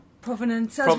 Provenance